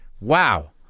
Wow